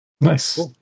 nice